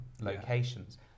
locations